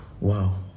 Wow